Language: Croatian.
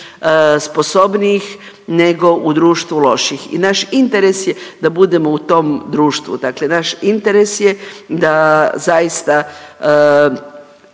sposobnijih nego u društvu loših i naš interes je da budemo u tom društvu. Dakle, naš interes je da zaista